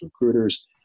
recruiters